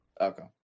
okay